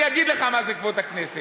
אני אגיד לך מה זה כבוד הכנסת,